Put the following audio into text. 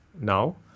now